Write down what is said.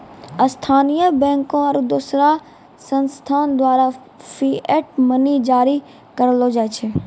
स्थानीय बैंकों आरू दोसर संस्थान द्वारा फिएट मनी जारी करलो जाय छै